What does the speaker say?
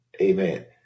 Amen